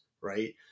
right